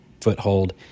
foothold